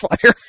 fire